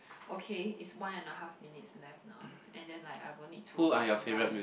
okay is one and a half minute left now and then like I wouldn't need to like run